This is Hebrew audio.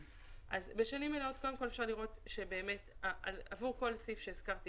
בשנים מלאות אפשר לראות שעבור כל סעיף שהזכרתי